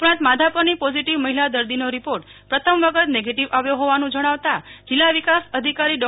ઉપરાંત માધાપરની પોઝીટીવ મહિલા દર્દીનો રિપોર્ટ પ્રથમ વખત નેગેટીવ આવ્યો હોવાનું જણાવતા જિલ્લા વિકાસ અધિકારી ડો